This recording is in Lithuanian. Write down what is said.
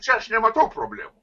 čia aš nematau problemų